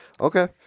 Okay